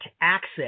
access –